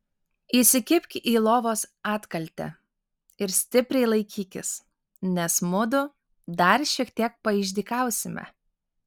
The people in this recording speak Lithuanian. įsikibk į lovos atkaltę ir stipriai laikykis nes mudu dar šiek tiek paišdykausime